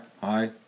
hi